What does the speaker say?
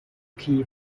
keep